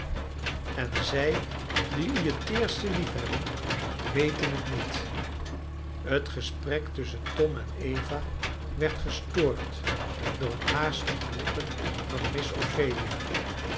en zij die u het teerste liefhebben weten het niet het gesprek tusschen tom en eva werd gestoord door een haastig roepen van miss